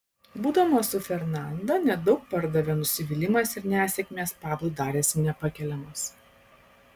būdamas su fernanda nedaug pardavė nusivylimas ir nesėkmės pablui darėsi nepakeliamos